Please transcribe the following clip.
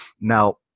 now